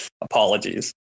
Apologies